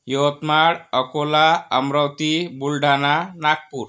Yavatmal Akola Amravati Buldhana Nagpur